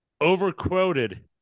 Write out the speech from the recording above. overquoted